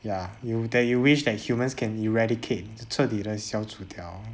ya you that you wish that humans can eradicate 彻底地删除掉